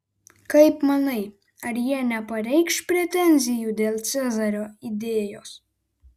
kaip manai ar jie nepareikš pretenzijų dėl cezario idėjos